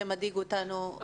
זה מדאיג אותנו יותר.